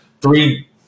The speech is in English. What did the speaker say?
three